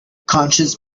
conscience